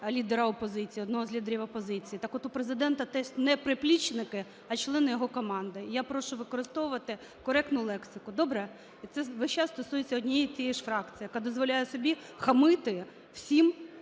лідера опозиції, одного з лідерів опозиції. Так от у Президента теж не приплічники, а члени його команди. Я прошу використовувати коректну лексику. Добре? Це весь час стосується однієї і тієї ж фракції, яка дозволяє собі хамити собі